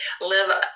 live